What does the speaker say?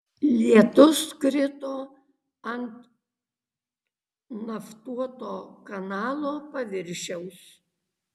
lietus krito ant naftuoto kanalo paviršiaus